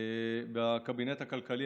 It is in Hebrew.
בקבינט הכלכלי.